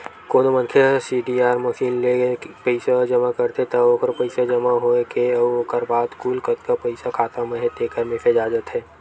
कोनो मनखे ह सीडीआर मसीन ले पइसा जमा करथे त ओखरो पइसा जमा होए के अउ ओखर बाद कुल कतका पइसा खाता म हे तेखर मेसेज आ जाथे